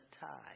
tie